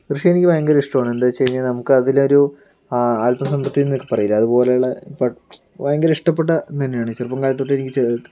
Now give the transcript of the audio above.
കൃഷി എനിക്ക് ഭയങ്കര ഇഷ്ടമാണ് എന്താ വെച്ച് കഴിഞ്ഞാൽ നമുക്ക് അതിലൊരു ആ ആത്മസംതൃപ്ത്തിയെന്നൊക്കെ പറയില്ലേ അതുപോലെയുള്ള ഇപ്പം ഭയങ്കര ഇഷ്ടപ്പെട്ടു തന്നെയാണ് ചെറുപ്പം കാലം തൊട്ടെ എനിക്ക്